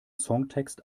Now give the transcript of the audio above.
songtext